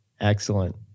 excellent